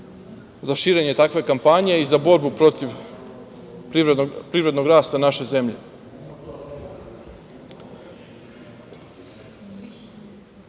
za širenje takve kampanje i za borbu protiv privrednog rasta naše zemlje. Želim